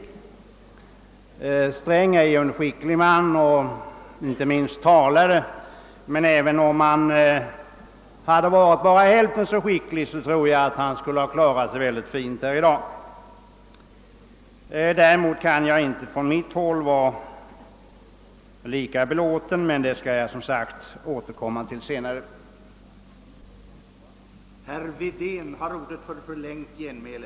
Herr Sträng är en skicklig man och inte minst en skicklig talare, men även om han hade varit bara hälften så skicklig tror jag att han hade lyckats klara sig bra i dag. Däremot kan jag inte vara lika belåten med honom från mitt partis synpunkt sett, men detta skall jag återkomma till senare.